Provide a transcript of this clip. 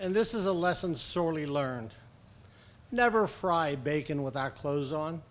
and this is a lesson sorely learned never fried bacon without clothes on